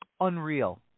unreal